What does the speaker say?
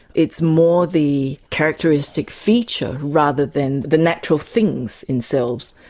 it's more the characteristic feature rather than the natural things themselves,